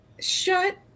Shut